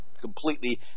completely